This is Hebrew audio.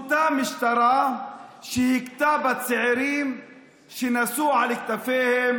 אותה משטרה שהכתה בצעירים שנשאו על כתפיהם